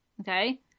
okay